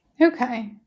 Okay